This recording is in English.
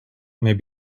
may